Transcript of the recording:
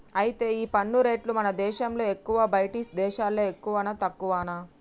అయితే ఈ పన్ను రేట్లు మన దేశంలో ఎక్కువా బయటి దేశాల్లో ఎక్కువనా తక్కువనా